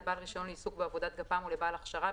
לבעל רישיון לעיסוק בעבודת גפ"מ או לבעל הכשרה,